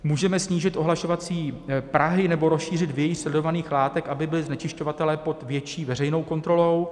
Můžeme snížit ohlašovací prahy nebo rozšířit vějíř sledovaných látek, aby byli znečišťovatelé pod větší veřejnou kontrolou.